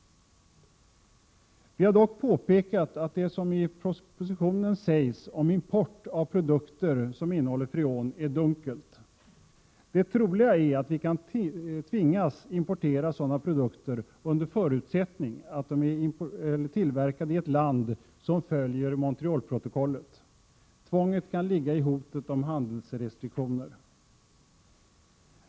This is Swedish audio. Vi har dock påpekat att det som i propositionen sägs om import av produkter som innehåller freon är dunkelt. Det troliga är att vi kan tvingas importera sådana produkter under förutsättning att de är tillverkade i ett land som följer Montrealprotokollet. Tvånget kan ligga i hotet om handelsrestriktioner.